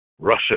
Russia